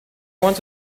want